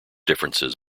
differences